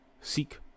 seek